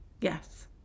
Yes